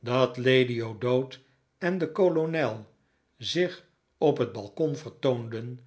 dat lady o'dowd en de kolonel zich op het balkon vertoonden